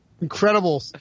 Incredible